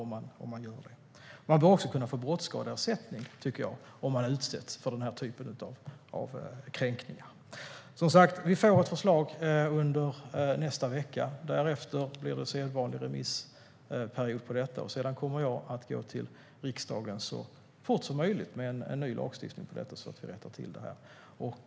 Man bör också kunna få brottsskadeersättning, tycker jag, om man utsätts för den här typen av kränkningar. Vi får som sagt ett förslag i nästa vecka. Det blir sedvanlig remissperiod på det, och sedan kommer jag så fort som möjligt att gå till riksdagen med en ny lagstiftning så att vi rättar till det här.